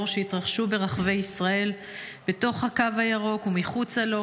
שהתרחשו ברחבי ישראל בתוך הקו הירוק ומחוצה לו,